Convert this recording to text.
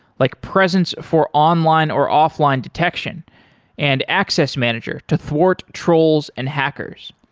like presence for online or offline detection and access manager to thwart trolls and hackers.